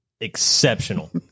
exceptional